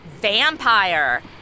Vampire